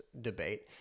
debate